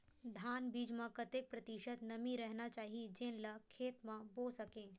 धान बीज म कतेक प्रतिशत नमी रहना चाही जेन ला खेत म बो सके?